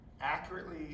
accurately